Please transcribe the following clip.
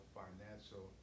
financial